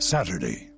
Saturday